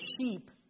sheep